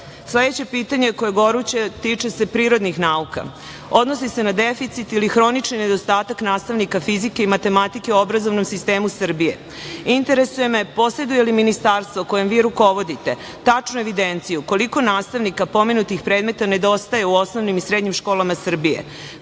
pitanje koje je goruće tiče se prirodnih nauka, odnosi se na deficit ili hronični nedostatak nastavnika fizike i matematike u obrazovnom sistemu Srbije. Interesuje me poseduje li Ministarstvo kojem vi rukovodite tačnu evidenciju koliko nastavnika pomenutih predmeta nedostaje u osnovnim i srednjim školama Srbije?